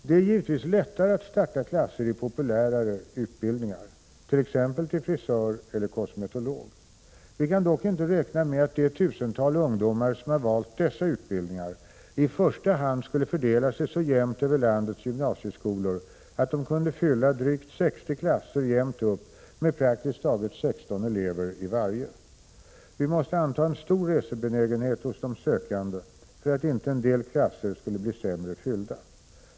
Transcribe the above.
Det är givetvis lättare att starta klasser i populärare utbildningar, t.ex. till frisör eller kosmetolog. Vi kan dock inte räkna med att det tusental ungdomar som har valt dessa utbildningar i första hand skulle fördela sig så jämnt över landets gymnasieskolor, att de kunde fylla drygt 60 klasser jämnt upp med praktiskt taget 16 elever i varje. Vi måste anta en stor resebenägenhet hos de sökande för att inte en del klasser skulle bli sämre fyllda.